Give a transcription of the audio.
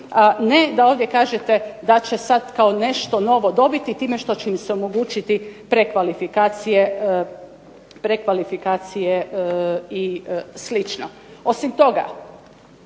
ne da ovdje kažete da će kao nešto novo dobiti, time što će im se omogućiti prekvalifikacije i slično. Osim toga,